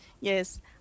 yes